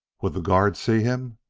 would the guard see him,